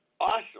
awesome